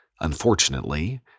Unfortunately